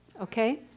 Okay